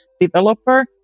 developer